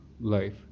life